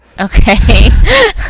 okay